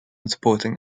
supporting